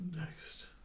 next